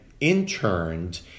interned